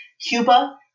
Cuba